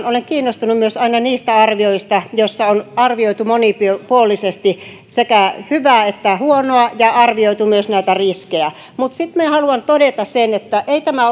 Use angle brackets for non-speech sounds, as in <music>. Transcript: <unintelligible> olen kiinnostunut aina myös niistä arvioista joissa on arvioitu monipuolisesti sekä hyvää että huonoa ja arvioitu myös näitä riskejä mutta sitten minä haluan todeta sen että ei tämä <unintelligible>